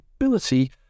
ability